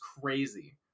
crazy